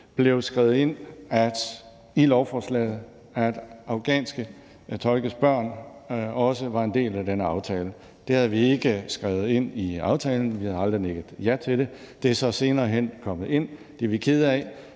blev skrevet ind i lovforslaget, at afghanske tolkes børn også var en del af den aftale. Det havde vi ikke skrevet ind i aftalen; vi havde aldrig nikket ja til det. Det er så senere hen kommet ind; det er vi kede af.